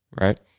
right